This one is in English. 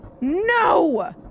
No